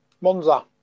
Monza